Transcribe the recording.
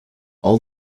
all